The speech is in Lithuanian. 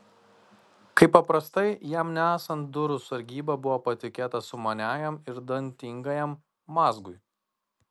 kaip paprastai jam nesant durų sargyba buvo patikėta sumaniajam ir dantingajam mazgui